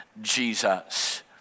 Jesus